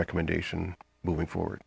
recommendation moving forward